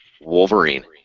Wolverine